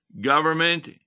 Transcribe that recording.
Government